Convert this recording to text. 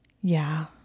Yeah